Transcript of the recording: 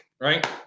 right